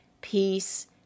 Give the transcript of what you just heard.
peace